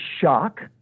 shock